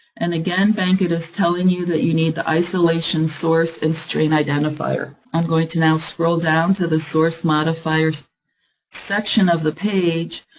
and again, bankit is telling you that you need the isolation source and strain identifier. i'm going to now scroll down to the source modifiers section of the page,